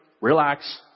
relax